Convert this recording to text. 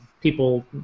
people